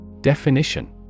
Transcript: Definition